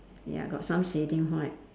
ya got some shading white